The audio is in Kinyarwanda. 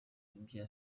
umubyeyi